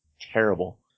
terrible